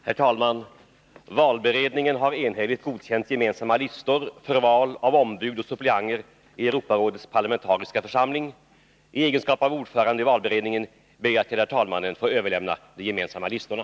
Herr talman! Valberedningen har enhälligt godkänt gemensamma listor för val av ombud och suppleanter i Europarådets parlamentariska församling. I egenskap av ordförande i valberedningen ber jag att till herr talmannen få överlämna de gemensamma listorna.